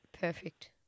perfect